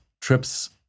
trips